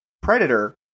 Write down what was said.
Predator